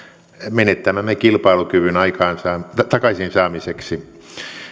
menettämämme kilpailukyvyn takaisin saamiseksi